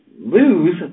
lose